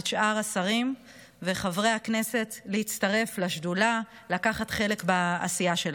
את שאר השרים וחברי הכנסת להצטרף לשדולה ולקחת חלק בעשייה שלה.